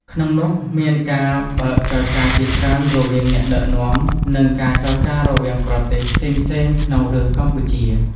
ក្នុងនោះមានការ បើកចរចាជាច្រើនរវាងអ្នកដឹកនាំ និងការចរចារវាងប្រទេសផ្សេងៗក្នុងរឿងកម្ពុជា។